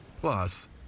Plus